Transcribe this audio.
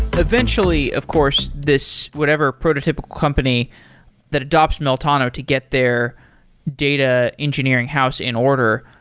eventually, of course this whatever prototypical company that adopts meltano to get their data engineering house in order,